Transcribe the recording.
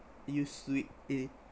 use to it really